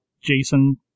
Jason